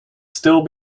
still